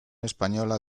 española